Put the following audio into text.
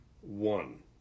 one